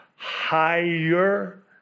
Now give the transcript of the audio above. higher